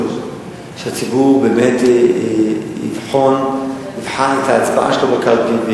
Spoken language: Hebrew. שהציבור באמת יבחן את ההצבעה שלו בקלפי,